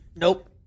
Nope